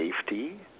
safety